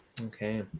Okay